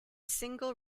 single